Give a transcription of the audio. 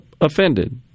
offended